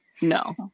No